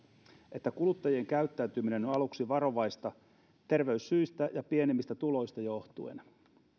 että kuluttajien käyttäytyminen on aluksi varovaista terveyssyistä ja pienemmistä tuloista johtuen